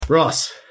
Ross